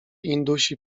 indusi